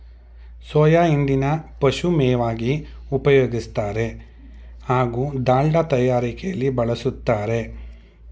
soya ಹಿಂಡಿನ ಪಶುಮೇವಾಗಿ ಉಪಯೋಗಿಸ್ತಾರೆ ಹಾಗೂ ದಾಲ್ಡ ತಯಾರಿಕೆಲಿ ಬಳುಸ್ತಾರೆ